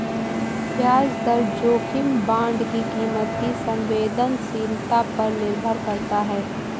ब्याज दर जोखिम बांड की कीमत की संवेदनशीलता पर निर्भर करता है